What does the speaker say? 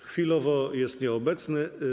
Chwilowo jest nieobecny.